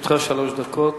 לרשותך שלוש דקות.